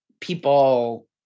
people